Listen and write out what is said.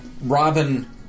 Robin